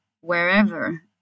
wherever